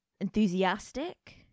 Enthusiastic